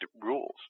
rules